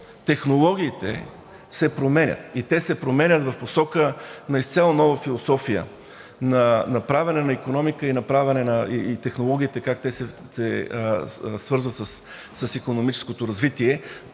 технологиите се променят и те се променят в посока на изцяло нова философия на правене на икономика, и как технологиите се свързват с икономическото развитие.